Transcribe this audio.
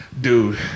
dude